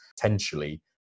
potentially